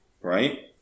right